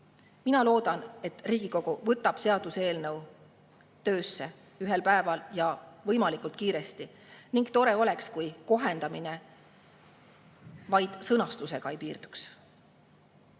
Mina loodan, et Riigikogu võtab seaduseelnõu ühel päeval ja võimalikult kiiresti töösse, ning tore oleks, kui kohendamine vaid sõnastuse [muutmisega] ei piirduks.